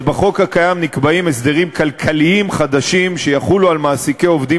בחוק נקבעים הסדרים כלכליים חדשים שיחולו על מעסיקי עובדים